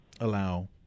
allow